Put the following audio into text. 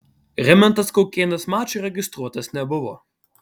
rimantas kaukėnas mačui registruotas nebuvo